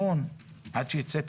עד שייצא תכנון,